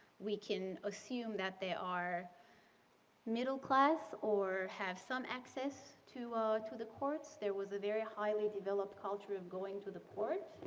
we can assume that they are middle class or have some access to to the courts. there was a very highly developed culture of going to the court.